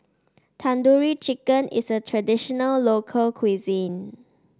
Tandoori Chicken is a traditional local cuisine